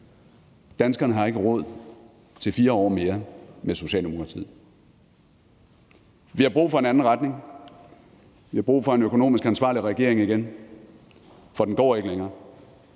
Danskerne har ikke råd til 4 år mere med Socialdemokratiet. Vi har brug for en anden retning, vi har brug for en økonomisk ansvarlig regering igen, for den går ikke længere.